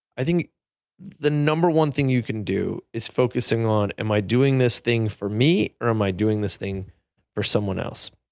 i think the number one thing you can do is focusing on am i doing this thing for me, or am i doing this thing for someone else.